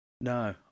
No